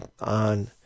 on